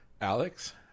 Alex